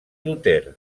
luter